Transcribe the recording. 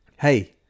Hey